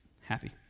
happy